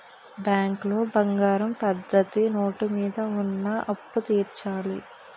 బ్యాంకులో బంగారం పద్ధతి నోటు మీద ఉన్న అప్పు తీర్చాలి